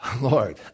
Lord